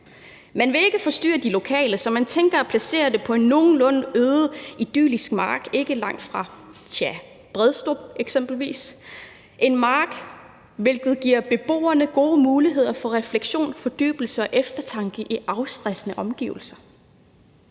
Man vil ikke forstyrre de lokale, så man tænker at placere det på en nogenlunde øde idyllisk mark ikke langt fra eksempelvis Bredstrup, en mark, hvilket giver beboerne gode muligheder for refleksion, fordybelse og eftertanke i afstressende omgivelser.